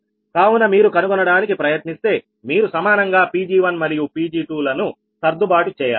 కావున మీరు కనుగొనడానికి ప్రయత్నిస్తే మీరు సమానంగా Pg1 మరియు Pg2లను సర్దుబాటు చేయాలి